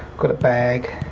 got a bag.